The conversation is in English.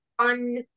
fun